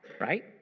right